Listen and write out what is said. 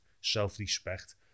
self-respect